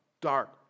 dark